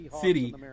city